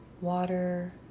water